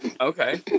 Okay